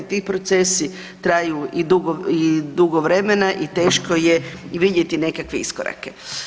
Ti procesi traju i dugo vremena i teško je i vidjeti nekakve iskorake.